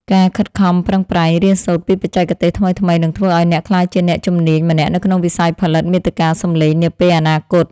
ការខិតខំប្រឹងប្រែងរៀនសូត្រពីបច្ចេកទេសថ្មីៗនឹងធ្វើឱ្យអ្នកក្លាយជាអ្នកជំនាញម្នាក់នៅក្នុងវិស័យផលិតមាតិកាសំឡេងនាពេលអនាគត។